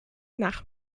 nach